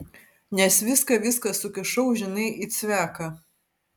nes viską viską sukišau žinai į cveką